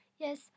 Yes